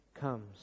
comes